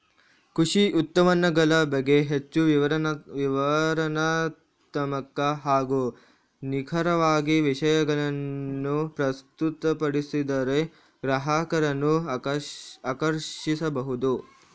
ಕೃಷಿ ಉತ್ಪನ್ನಗಳ ಬಗ್ಗೆ ಹೆಚ್ಚು ವಿವರಣಾತ್ಮಕ ಹಾಗೂ ನಿಖರವಾಗಿ ವಿಷಯಗಳನ್ನು ಪ್ರಸ್ತುತಪಡಿಸಿದರೆ ಗ್ರಾಹಕರನ್ನು ಆಕರ್ಷಿಸಬಹುದು